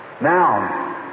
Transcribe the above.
Now